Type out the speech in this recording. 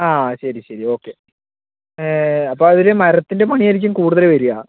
ആ ശരി ശരി ഓക്കെ അപ്പം അതില് മരത്തിൻ്റെ പണിയായിരിക്കും കൂടുതല് വരിക